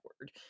word